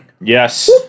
Yes